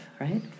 right